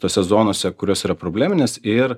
tose zonose kurios yra probleminės ir